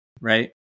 right